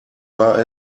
war